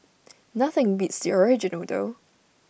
nothing beats the original noodle